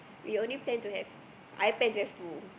we only plan to have I plan to have two